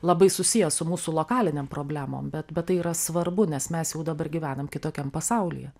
labai susijęs su mūsų lokalinėm problemom bet bet tai yra svarbu nes mes jau dabar gyvenam kitokiam pasaulyje